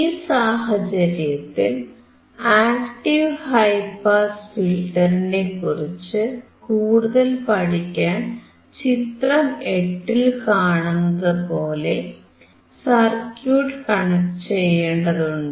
ഈ സാഹചര്യത്തിൽ active high pass ഫിൽറ്ററിനെക്കുറിച്ചു കൂടുതൽ പഠിക്കാൻ ചിത്രം 8 ൽ കാണുന്നതുപോലെ സർക്യൂട്ട് കണക്ട് ചെയ്യേണ്ടതുണ്ട്